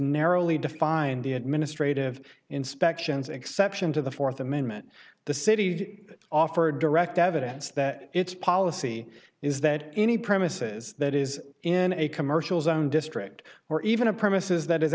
defined the administrative inspections exception to the fourth amendment the city offered direct evidence that its policy is that any premises that is in a commercial zone district or even a premises that is